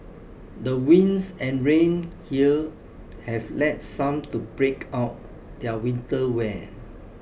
the winds and rain here have led some to break out their winter wear